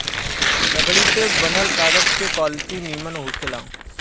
लकड़ी से बनल कागज के क्वालिटी निमन होखेला